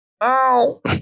Ow